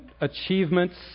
achievements